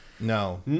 No